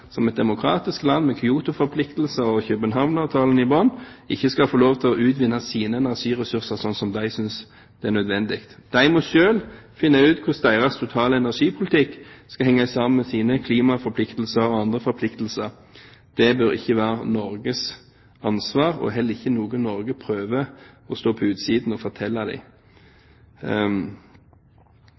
som et demokratisk land med Kyoto-forpliktelser og København-avtale i bunnen ikke skal få lov til å utvinne sine energiressurser sånn som de synes det er nødvendig. De må selv finne ut hvordan deres totale energipolitikk skal henge sammen med deres klimaforpliktelser og andre forpliktelser. Det bør ikke være Norges ansvar, og heller ikke noe Norge prøver å stå på utsiden og fortelle